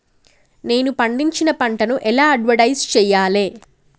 నేను పండించిన పంటను ఎలా అడ్వటైస్ చెయ్యాలే?